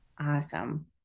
Awesome